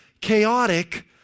Chaotic